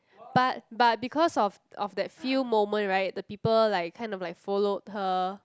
but but because of of that few moment right the people like kind of like followed her